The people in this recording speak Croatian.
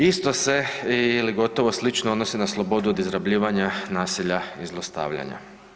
Isto se ili gotovo slično odnosi na slobodu od izrabljivanja nasilja i zlostavljanja.